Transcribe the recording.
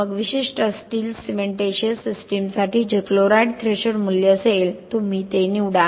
मग विशिष्ट steel cementitious सिस्टीमसाठी जे क्लोराईड थ्रेशोल्ड मूल्य असेल तुम्ही ते निवडा